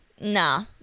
Nah